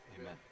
Amen